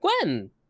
Gwen